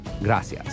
Gracias